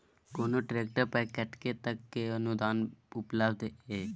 कोनो ट्रैक्टर पर कतेक तक के अनुदान उपलब्ध ये?